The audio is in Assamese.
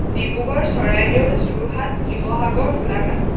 ডিব্ৰুগড় চৰাইদেউ যোৰহাট শিৱসাগৰ গোলাঘাট